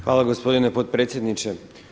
Hvala gospodine potpredsjedniče.